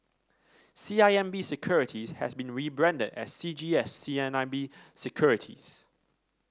C I M B Securities has been rebranded as C G S C I M B Securities